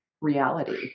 reality